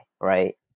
right